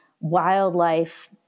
wildlife